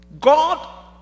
God